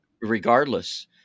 regardless